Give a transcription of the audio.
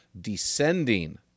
descending